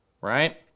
right